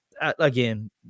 Again